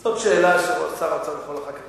זאת שאלה ששר האוצר יכול להחליט אחר כך,